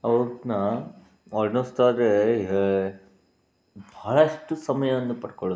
ಅದ್ನ ವರ್ಣಿಸ್ತಾಯಿದ್ದರೆ ಹೆ ಬಹಳಷ್ಟು ಸಮಯವನ್ನು ಪಡ್ಕೊಳ್ಳುತ್ತೆ